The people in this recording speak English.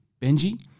Benji